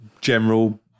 general